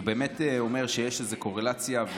הוא באמת אומר שיש איזושהי קורלציה,